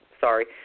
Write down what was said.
Sorry